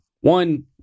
One